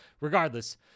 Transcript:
regardless